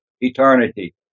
eternity